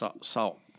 salt